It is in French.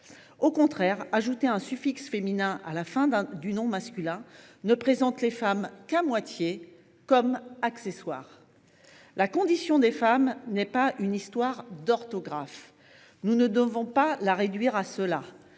Au contraire, ajouter un suffixe féminin à la fin du nom masculin, c’est ne présenter les femmes qu’à moitié, comme accessoires. La condition des femmes n’est pas une histoire d’orthographe. Nous ne devons pas la réduire à cela.